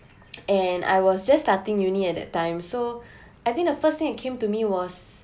and I was just starting uni at that time so I think the first thing that came to me was